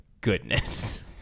goodness